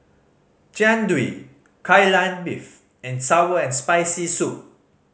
Jian Dui Kai Lan Beef and sour and Spicy Soup